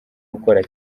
gukora